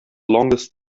longest